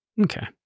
Okay